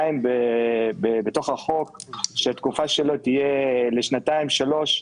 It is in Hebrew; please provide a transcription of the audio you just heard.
כך שהיא תהיה לשנתיים-שלוש.